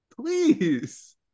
Please